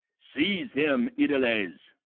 seize him, aediles.